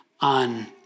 on